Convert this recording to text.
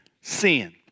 sin